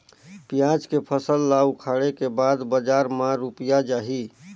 पियाज के फसल ला उखाड़े के बाद बजार मा रुपिया जाही?